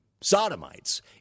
sodomites